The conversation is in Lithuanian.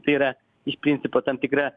tai yra iš principo tam tikra